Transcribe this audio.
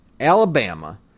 Alabama